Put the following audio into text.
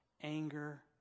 anger